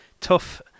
tough